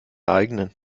eigenen